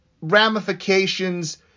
ramifications